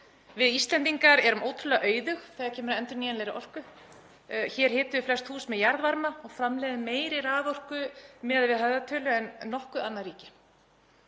Við Íslendingar erum ótrúlega auðug þegar kemur að endurnýjanlegri orku. Hér hitum við flest hús með jarðvarma og framleiðum meiri raforku miðað við höfðatölu en nokkurt annað ríki.